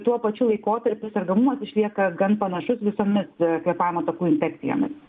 tuo pačiu laikotarpiu sergamumas išlieka gan panašus visomis kvėpavimo takų infekcijomis